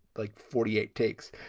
like forty eight takes.